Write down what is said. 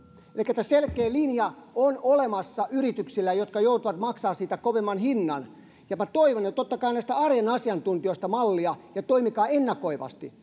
elikkä tämä selkeä linja on olemassa yrityksillä jotka joutuvat maksamaan siitä kovemman hinnan ja minä toivon että otatte näistä arjen asiantuntijoista mallia ja toimitte ennakoivasti